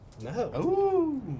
No